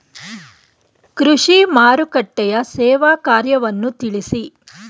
ಕೃಷಿ ಮಾರುಕಟ್ಟೆಯ ಸೇವಾ ಕಾರ್ಯವನ್ನು ತಿಳಿಸಿ?